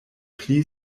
pli